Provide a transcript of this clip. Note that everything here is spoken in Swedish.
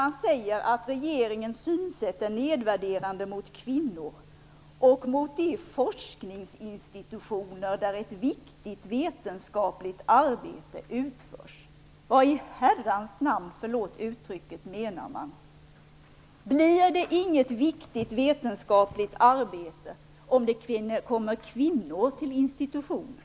Där säger man att regeringens synsätt är nedvärderande mot kvinnor och mot de forskningsinstitutioner där ett viktigt vetenskapligt arbete utförs. Vad i Herrans namn - förlåt uttrycket - menar man? Blir det inget viktigt vetenskapligt arbete om det kommer kvinnor till institutionen?